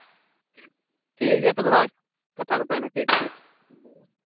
ᱴᱷᱤᱠ ᱜᱮᱭᱟ ᱛᱚᱵᱮ ᱦᱳᱭ ᱠᱟᱛᱷᱟ ᱜᱳᱴᱟᱭᱮᱱᱟ ᱴᱷᱤᱠ ᱴᱷᱤᱠ